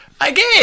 Again